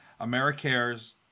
Americares